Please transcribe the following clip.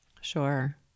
Sure